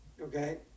Okay